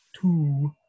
two